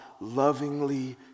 lovingly